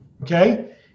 Okay